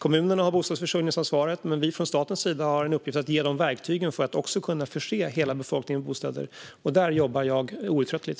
Kommunerna har bostadsförsörjningsansvaret, men vi har från statens sida till uppgift att ge dem verktygen för att kunna förse hela befolkningen med bostäder. Där jobbar jag outtröttligt.